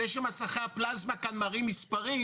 זה שמסכי הפלזמה כאן מראים מספרים,